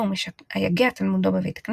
קיום בתי כנסת בירושלים בימי הבית השני עולה